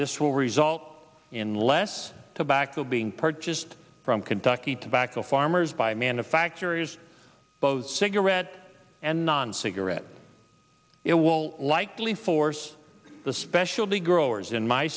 this will result in less tobacco being purchased from kentucky tobacco farmers by manufacturers both cigarette and non cigarette it will likely force the specialty growers in my